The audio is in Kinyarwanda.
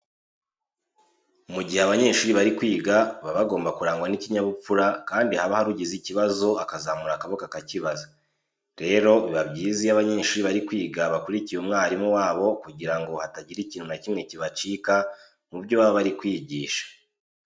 Mu gihe abanyeshuri bari kwiga baba bagomba kurangwa n'ikinyabupfura kandi haba hari ugize ikibazo akazamura akabako akakibaza. Rero biba byiza iyo abanyeshuri bari kwiga bakurikiye umwarimu wabo kugira ngo hatagira ikintu na kimwe kibacika mu byo baba bari kwigisha.